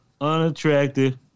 unattractive